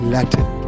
Latin